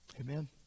Amen